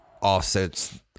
offsets